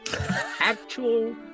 Actual